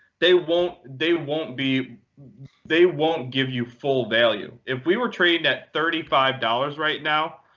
they won't they won't be they won't give you full value. if we were trading at thirty five dollars right now,